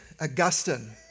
Augustine